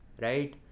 right